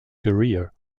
career